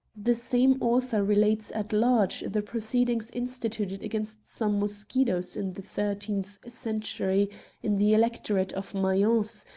the same author relates at large the proceedings instituted against some mosquitoes in the thirteenth century in the electorate of mayence,